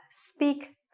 speak